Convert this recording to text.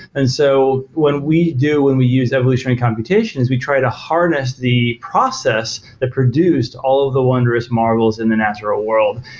and so when we do, when we use evolutionary computation is we try to harness the process that produced all of the wondrous marvels in the natural world,